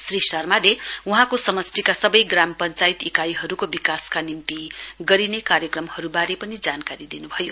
श्री शर्माले वहाँको समष्टिका सबै ग्राम पञ्चायत इकाईहरूको विकासका निम्ति गरिने कार्यक्रमहरुबारे पनि जानकारी दिनुभयो